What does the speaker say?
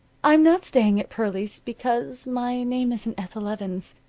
i'm not staying at pearlie's because my name isn't ethel evans.